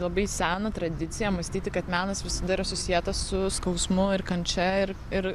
labai seną tradiciją mąstyti kad menas visada yra susietas su skausmu ir kančia ir ir